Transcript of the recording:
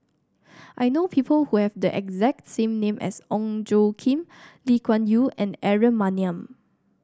I know people who have the exact same name as Ong Tjoe Kim Lee Kuan Yew and Aaron Maniam